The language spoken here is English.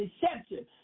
deception